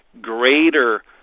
greater